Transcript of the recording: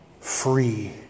Free